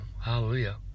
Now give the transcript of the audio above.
hallelujah